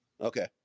Okay